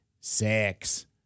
six